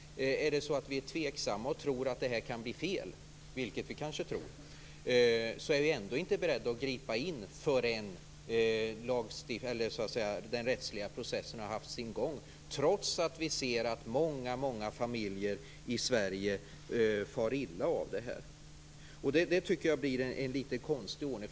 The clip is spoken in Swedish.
Om vi är tveksamma och tror att detta kan bli fel, vilket vi kanske tror, är vi ändå inte beredda att gripa in förrän den rättsliga processen har haft sin gång, trots att vi ser att många familjer i Sverige far illa av detta. Detta tycker jag är en konstig ordning.